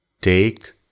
Take